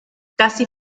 casi